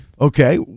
Okay